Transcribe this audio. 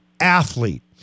athlete